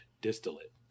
distillate